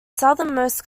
southernmost